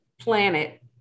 Planet